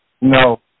No